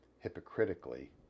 hypocritically